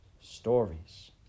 Stories